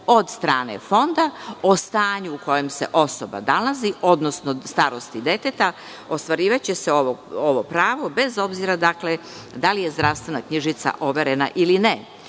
od strane Fonda o stanju u kojem se osoba nalazi, odnosno starosti deteta, ostvarivaće se ovo pravo, bez obzira da li je zdravstvena knjižica overena ili ne,